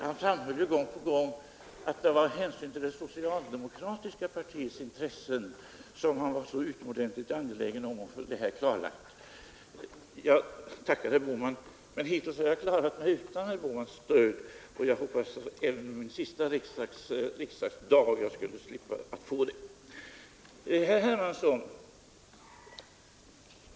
Han framhöll ju gång på gång att det var av hänsyn till det socialdemokratiska partiets intressen som han var så utomordentligt angelägen om att få det här klarlagt. Jag tackar herr Bohman, men hittills har jag klarat mig utan herr Bohmans stöd, och jag hoppades att jag även under min sista riksdagsdag skulle slippa att få det. Herr Hermansson!